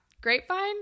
Grapevine